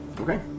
Okay